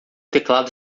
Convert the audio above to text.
teclado